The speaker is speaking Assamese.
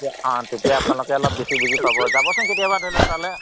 অঁ তেতিয়া আপোনালোকে অলপ বেছি বুজি পাব যাবচোন কেতিয়াবা ধৰি লওক তালৈ